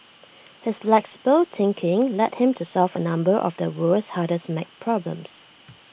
his flexible thinking led him to solve A number of the world's hardest math problems